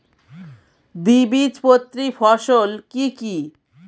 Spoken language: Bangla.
দ্বিবীজপত্রী ফসল কি কি?